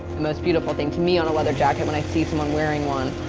the most beautiful thing to me on a leather jacket when i see someone wearing one,